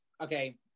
okay